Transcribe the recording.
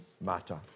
matter